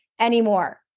anymore